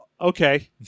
Okay